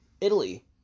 Italy